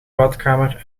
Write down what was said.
badkamer